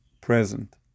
present